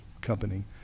company